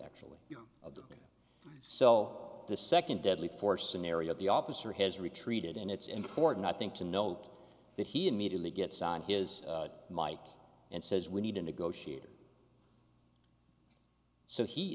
actually so the second deadly force scenario the officer has retreated and it's important i think to note that he immediately gets on his mike and says we need a negotiator so he